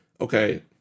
okay